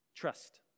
Trust